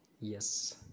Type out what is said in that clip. Yes